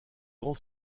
grand